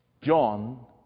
John